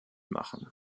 machen